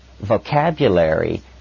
vocabulary